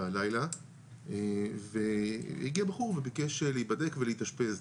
בלילה והגיע בחור וביקש להיבדק ולהתאשפז,